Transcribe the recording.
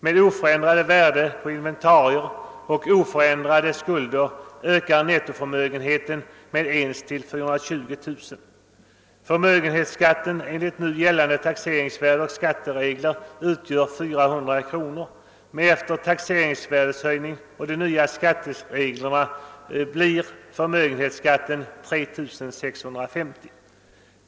Med oförändrat värde på inventarierna och oförändrade skulder ökar nettoförmögenheten med en gång till 420 000 kr. Förmögenhetsskatten enligt gällande taxeringsvärde och skatteregler utgör 400 kr. men blir efter taxeringsvärdehöjningen och de nya skattereglerna 3 650 kr.